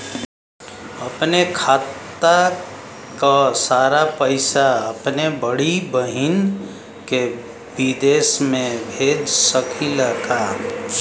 अपने खाते क सारा पैसा अपने बड़ी बहिन के विदेश भेज सकीला का?